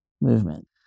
movement